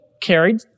carried